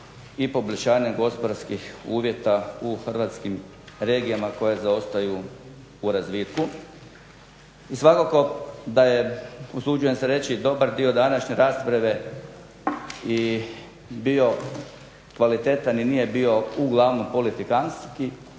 i poboljšanje gospodarskih uvjeta u hrvatskim regijama koje zaostaju u razvitku. I svakako da je usuđujem se reći dobar dio današnje rasprave i bio kvalitetan i nije bio uglavnom politikanski.